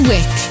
Wick